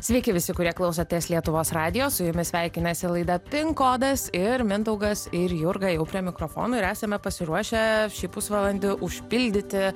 sveiki visi kurie klausotės lietuvos radijo su jumis sveikinasi laida pin kodas ir mindaugas ir jurga jau prie mikrofono ir esame pasiruošę šį pusvalandį užpildyti